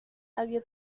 había